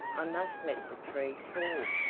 i must let the tree fall.